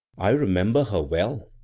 i remember her well,